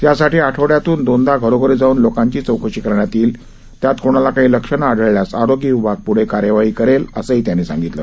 या साठी आठवड़यातून दोनदा घरोघरी जाऊन लोकांची चौकशी करण्यात येईल त्यात कोणाला काही लक्षणं आढळल्यास आरोग्य विभाग प्ढे कार्यवाही करेल असंही त्यांनी सांगितलं